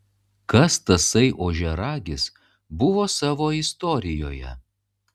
kas tasai ožiaragis buvo savo istorijoje